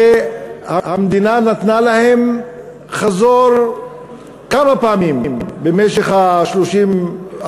והמדינה נתנה להם כמה פעמים במשך 30,